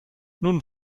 nun